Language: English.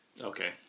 okay